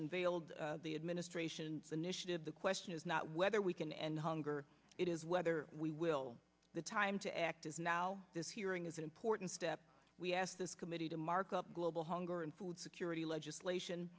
unveiled the administration initiative the question is not whether we can end hunger it is whether we will the time to act is now this hearing is an important step we ask this committee to mark up global hunger and food security legislation